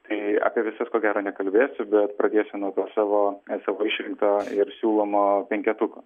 tai apie visus ko gero nekalbėsiu bet pradėsiu nuo savo savo išrinkto ir siūlomo penketuko